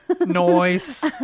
Noise